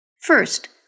First